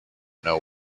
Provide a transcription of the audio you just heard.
know